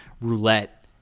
roulette